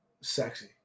Sexy